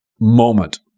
moment